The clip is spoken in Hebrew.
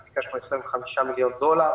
אנחנו ביקשנו 25 מיליון דולר,